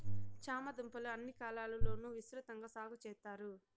చామ దుంపలు అన్ని కాలాల లోనూ విసృతంగా సాగు చెత్తారు